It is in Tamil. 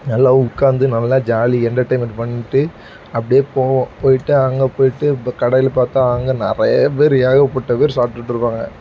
நல்லா உட்காந்து நல்லா ஜாலி எண்டர்டெயின்மெண்ட் பண்ணிட்டு அப்படியே போவோம் போயிட்டு அங்கே போயிட்டு இப்போ கடையில் பார்த்தா அங்கே நிறைய பேர் ஏகப்பட்ட பேர் சாப்பிட்டுட்ருப்பாங்க